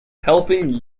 helping